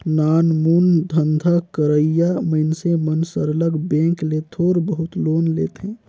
नानमुन धंधा करइया मइनसे मन सरलग बेंक ले थोर बहुत लोन लेथें